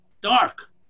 Dark